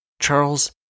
Charles